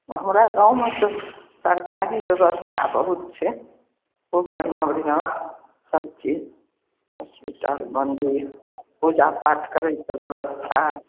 हमरा गाँवमे सरकारी ब्यवस्था बहुत छै खुब बढ़िआँ बढ़िआँ सब चीज होस्पिटल मन्दिल पूजा पाठ करैके ब्यवस्था